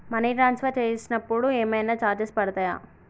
Money transfer చేసినప్పుడు ఏమైనా charges పడతయా?